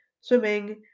swimming